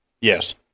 Yes